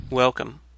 Welcome